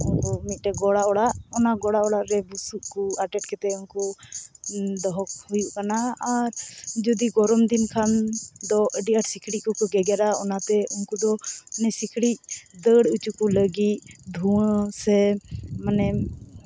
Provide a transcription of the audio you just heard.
ᱢᱤᱫᱴᱮᱱ ᱜᱚᱲᱟ ᱚᱲᱟᱜ ᱚᱱᱟ ᱚᱲᱟᱜ ᱨᱮ ᱵᱩᱥᱩᱵ ᱠᱚ ᱟᱴᱮᱫ ᱠᱟᱛᱮᱫ ᱩᱱᱠᱩ ᱫᱚᱦᱚᱠᱚ ᱦᱩᱭᱩᱜ ᱠᱟᱱᱟ ᱟᱨ ᱡᱩᱫᱤ ᱜᱚᱨᱚᱢ ᱫᱤᱱ ᱠᱷᱟᱱ ᱫᱚ ᱟᱹᱰᱤ ᱟᱸᱴ ᱥᱤᱠᱲᱤᱡ ᱠᱚᱠᱚ ᱜᱮᱜᱮᱨᱟ ᱚᱱᱟᱛᱮ ᱩᱱᱠᱩᱫᱚ ᱥᱤᱠᱲᱤᱡ ᱫᱟᱹᱲ ᱦᱚᱪᱚ ᱠᱚ ᱞᱟᱹᱜᱤᱫ ᱫᱷᱩᱣᱟᱹ ᱢᱟᱱᱮ